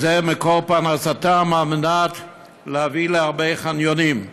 שזה מקור פרנסתם, כדי להביא להרבה חניונים.